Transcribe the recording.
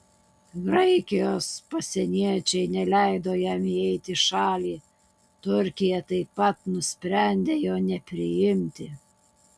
graikijos pasieniečiai neleido jam įeiti į šalį turkija taip pat nusprendė jo nepriimti